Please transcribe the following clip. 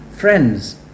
Friends